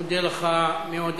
אני מודה לך מאוד.